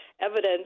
evidence